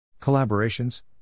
Collaborations